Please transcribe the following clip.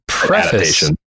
preface